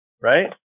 Right